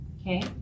Okay